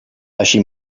així